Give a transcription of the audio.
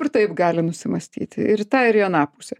ir taip gali nusimąstyti ir į tą ir į aną pusę